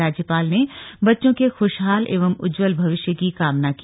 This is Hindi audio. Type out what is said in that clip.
राज्यपाल ने बच्चों के खुशहाल एवं उज्जवल भविष्य की कामना की